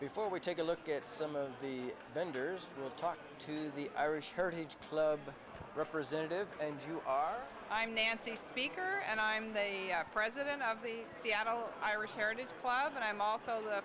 before we take a look at some of the vendors we'll talk to the irish heritage club representative and you are i'm nancy speaker and i'm a president of the seattle irish heritage and i'm also